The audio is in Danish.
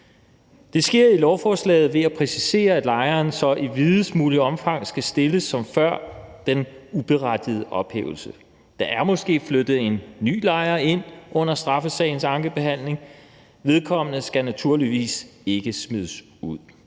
Det sker i lovforslaget ved at præcisere, at lejeren så i videst mulig omfang skal stilles som før den uberettigede ophævelse. Der er måske flyttet en ny lejer ind under straffesagens ankebehandling, og vedkommende skal naturligvis ikke smides ud.